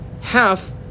half